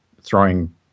throwing